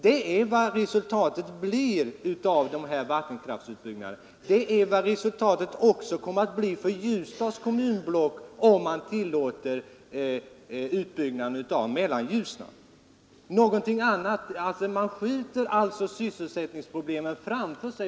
Det är vad resultatet av dessa vackra utbyggnader blir. Det är också vad resultatet kommer att bli för Ljusdals kommunblock om man tillåter utbyggnad av Mellanljusnan. Man skjuter på det sättet sysselsättningsproblemen framför sig.